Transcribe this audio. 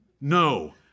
No